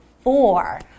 four